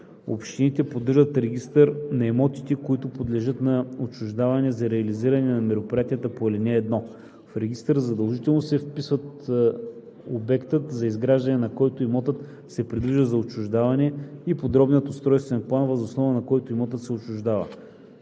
Общините поддържат регистър на имотите, които подлежат на отчуждаване за реализиране на мероприятията по ал. 1. В регистъра задължително се вписват обектът, за изграждането на който имотът се предвижда за отчуждаване, и подробният устройствен план, въз основа на който имотът се отчуждава.“